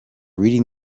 reading